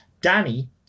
Danny